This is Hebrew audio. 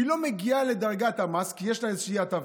היא לא מגיעה לדרגת המס כי יש לה איזושהי הטבה,